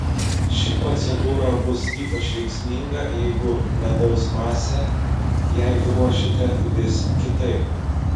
ši procedūra bus ypač veiksminga jeigu medaus masę jai ruošite vis kitaip